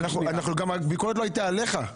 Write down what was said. הביקורת לא הייתה עליך.